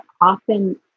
often